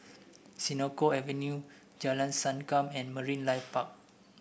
Senoko Avenue Jalan Sankam and Marine Life Park